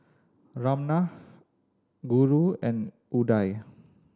Ramnath Guru and Udai